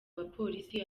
abapolisi